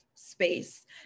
space